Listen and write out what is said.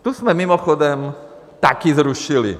Tu jsme mimochodem také zrušili.